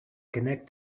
connect